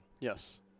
Yes